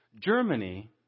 Germany